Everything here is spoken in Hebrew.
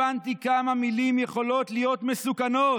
הבנתי כמה מילים יכולות להיות מסוכנות.